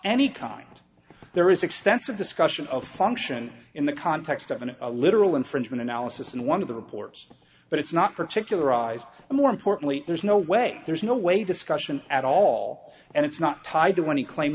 any kind there is extensive discussion of function in the context of an a literal infringement analysis and one of the reports but it's not particularize and more importantly there's no way there's no way discussion at all and it's not tied to any claim